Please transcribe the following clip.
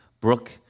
Brooke